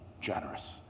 generous